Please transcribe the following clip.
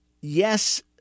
Yes